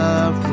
Love